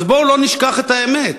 אז בואו לא נשכח את האמת: